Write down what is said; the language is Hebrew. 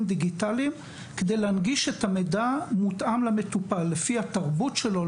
דיגיטליים כדי להנגיש את המידע למטופל לפי התרבות שלו,